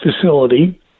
facility